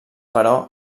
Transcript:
però